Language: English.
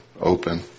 open